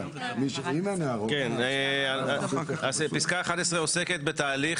ממבנה קיים עם חריגות או בלי חריגות,